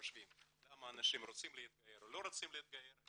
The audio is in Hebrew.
חושבים למה אנשים רוצים או לא רוצים להתגייר,